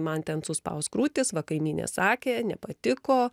man ten suspaus krūtis va kaimynė sakė nepatiko